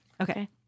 Okay